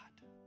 God